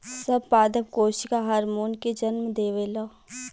सब पादप कोशिका हार्मोन के जन्म देवेला